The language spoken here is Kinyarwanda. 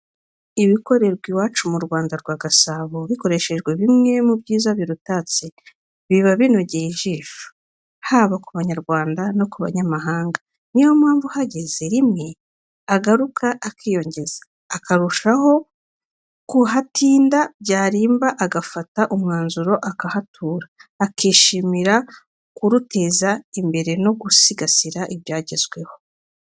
Ibikorerwa iwacu mu Rwanda rwa Gasabo, bikoreshejwe bimwe mu byiza birutatse, biba binogoye ijisho, haba ku Banyarwanda no ku banyamahanga. Niyo mpamvu uhageze rimwe agaruka akiyongeza akarushaho kuhatinda, byarimba agafata umwanzuro akahatura, akishimira kuruteza imbere no gusigasira ibyagezweho.